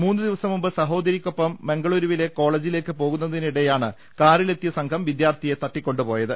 മൂന്ന് ദിവസം മുമ്പ് സഹോദരിക്കൊപ്പം മംഗുളൂരുവിലെ കോള ജിലേക്ക് പോകുന്നതിനിടെയാണ് കാറിലെത്തിയ സംഘം വിദ്യാർത്ഥിയെ തട്ടിക്കൊണ്ടുപോയത്